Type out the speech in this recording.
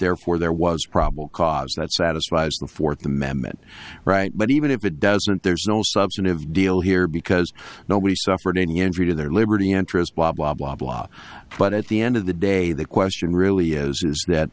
therefore there was probable cause that satisfies the fourth amendment right but even if it doesn't there's no substantive deal here because nobody suffered any injury to their liberty interest blah blah blah blah but at the end of the day the question really is is that